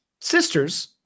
sisters